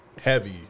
heavy